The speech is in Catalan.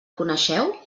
coneixeu